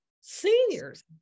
seniors